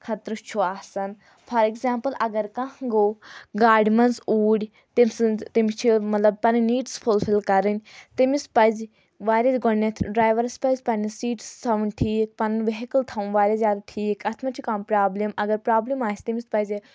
خطرٕ چھُ آسان فار ایٚگزامپٕل اگر کانٛہہ گوٚو گاڑِ منٛز اوٗرۍ تٔمۍ سٕنٛز تٔمِس چھِ مطلب پَنٕنۍ نیٖڈٕس فُلفِل کَرٕنۍ تٔمِس پَزِ واریاہ گۄڈٕنؠتھ ڈرایورَس پَزِ پَنٕنِس سیٖٹٕس تھاوٕنۍ ٹھیٖک پَنُن ویہکٕل تھاوُن واریاہ زیادٕ ٹھیٖک اَتھ مہ چھِ کانٛہہ پرابلِم اگر پرابلِم آسہِ تٔمِس پَزِ